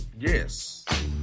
Yes